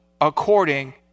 according